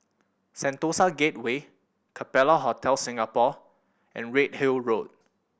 Sentosa Gateway Capella Hotel Singapore and Redhill Road